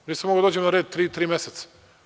Nisam mogao da dođem na red tri meseca.